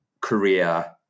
career